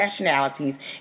nationalities